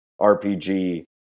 rpg